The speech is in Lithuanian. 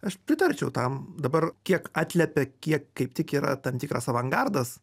aš pritarčiau tam dabar kiek atliepia kiek kaip tik yra tam tikras avangardas